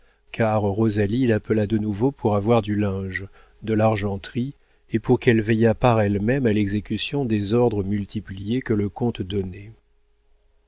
car rosalie l'appela de nouveau pour avoir du linge de l'argenterie et pour qu'elle veillât par elle-même à l'exécution des ordres multipliés que le comte donnait